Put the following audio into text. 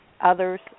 others